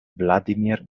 vladimir